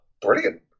Brilliant